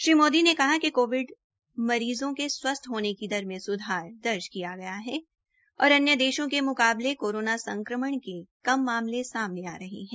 श्री मोदी ने कहा कि कोविड मरीज़ों के स्वस्थ होने की दर में सुधार दर्ज किया गया है और अन्य देशों के मुकाबले कोरोना संक्रमण के कम मामले सामने आ रहे है